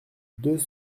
deux